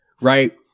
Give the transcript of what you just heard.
Right